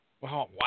Wow